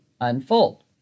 unfold